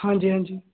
ਹਾਂਜੀ ਹਾਂਜੀ